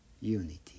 unity